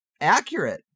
accurate